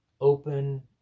Open